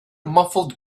muffled